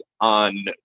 on